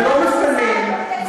ולא מפנים,